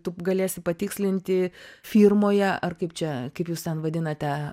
tu galėsi patikslinti firmoje ar kaip čia kaip jūs ten vadinate